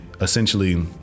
essentially